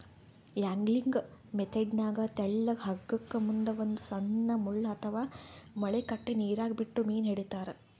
angling ಮೆಥೆಡ್ನಾಗ್ ತೆಳ್ಳಗ್ ಹಗ್ಗಕ್ಕ್ ಮುಂದ್ ಒಂದ್ ಸಣ್ಣ್ ಮುಳ್ಳ ಅಥವಾ ಮಳಿ ಕಟ್ಟಿ ನೀರಾಗ ಬಿಟ್ಟು ಮೀನ್ ಹಿಡಿತಾರ್